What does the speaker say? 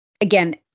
again